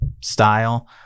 style